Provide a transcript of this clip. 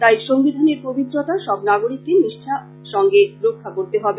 তাই সংবিধানের পবিত্রতা সব নাগরীককে নিষ্ঠ আর সঙ্গে রক্ষা করতে হবে